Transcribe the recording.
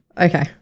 Okay